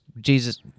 jesus